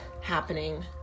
happening